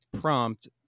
prompt